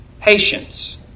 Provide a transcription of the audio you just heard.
patience